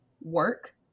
work